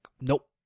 nope